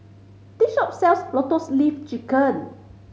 this shop sells Lotus Leaf Chicken